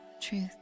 truth